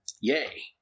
Yay